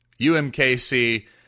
UMKC